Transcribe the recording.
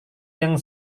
yang